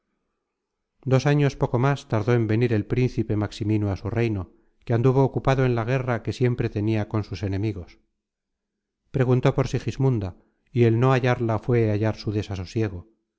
dos años poco más tardó en venir el príncipe maximino á su reino que anduvo ocupado en la guerra que siempre tenia con sus enemigos preguntó por sigismunda y el no hallarla fué hallar su desasosiego